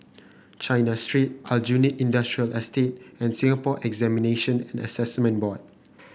China Street Aljunied Industrial Estate and Singapore Examination and Assessment Board